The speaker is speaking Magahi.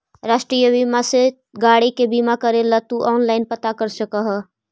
राष्ट्रीय बीमा से गाड़ी के बीमा करे लगी तु ऑनलाइन पता कर सकऽ ह